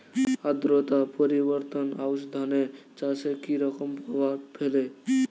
আদ্রতা পরিবর্তন আউশ ধান চাষে কি রকম প্রভাব ফেলে?